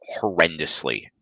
horrendously